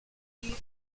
die